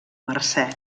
mercè